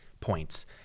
points